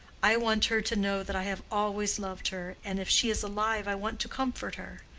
i want her to know that i have always loved her, and if she is alive i want to comfort her.